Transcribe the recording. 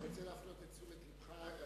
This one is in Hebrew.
אני רוצה להפנות את תשומת לבך,